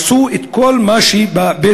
הרסו את כל מה שבבית-הקברות,